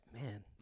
man